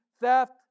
theft